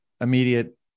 immediate